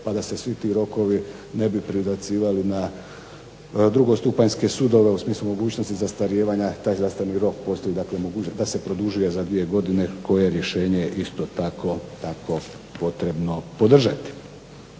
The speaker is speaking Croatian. pa da se svi ti rokovi ne bi prebacivali na drugostupanjske sudove u smislu mogućnosti zastarijevanja. Taj zastarni rok postoji, dakle mogućnost da se produžuje za dvije godine koje rješenje je isto tako potrebno podržati.